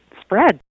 spread